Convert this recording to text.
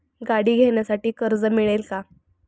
गाडी घेण्यासाठी कर्ज मिळेल का?